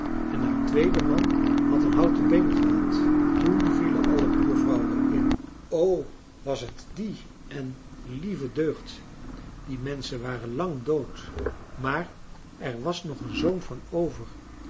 en haar tweede man had een houten been gehad toen vielen alle buurvrouwen in o was het die en lieve deugd die menschen waren lang dood maar er was nog een zoon van over